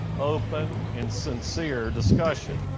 open, and sincere discussion.